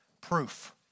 proof